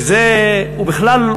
שזה בכלל,